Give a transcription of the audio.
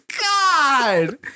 God